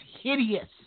hideous